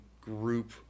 group